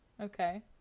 Okay